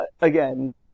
again